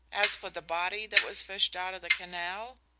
as for the body that was fished out of the canal,